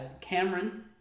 Cameron